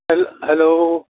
ਹੈ ਹੈਲੋ